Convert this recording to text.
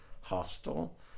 hostel